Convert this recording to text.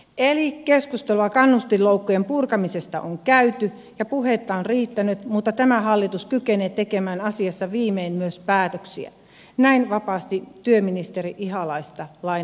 eli keskustelua kannustinloukkujen purkamisesta on käyty ja puhetta on riittänyt mutta tämä hallitus kykenee tekemään asiassa viimein myös päätöksiä näin vapaasti työministeri ihalaista lainaten